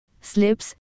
slips